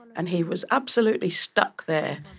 and he was absolutely stuck there,